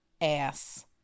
ass